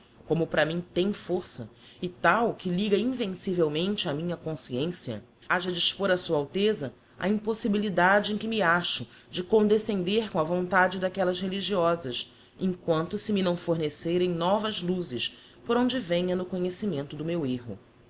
como para mim tem força e tal que liga invencivelmente a minha consciencia haja de expor a sua alteza a impossibilidade em que me acho de condescender com a vontade d'aquellas religiosas em quanto se me não fornecerem novas luzes por onde venha no conhecimento do meu erro